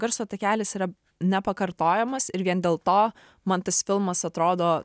garso takelis yra nepakartojamas ir vien dėl to man tas filmas atrodo